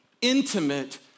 intimate